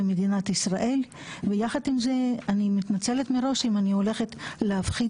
למדינת ישראל ויחד עם זה אני מתנצלת מראש אם אני הולכת להפחיד